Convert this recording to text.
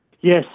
Yes